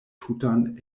tutan